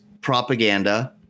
propaganda